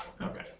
Okay